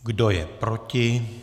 Kdo je proti?